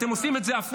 אתם עושים את זה הפוך,